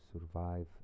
survive